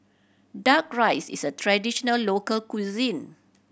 Duck Rice is a traditional local cuisine